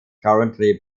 currently